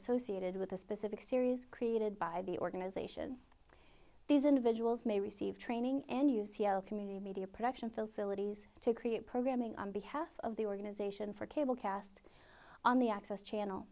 associated with a specific series created by the organization these individuals may receive training and u c l community media production facilities to create programming on behalf of the organization for cable cast on the access channel